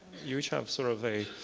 you each have sort of a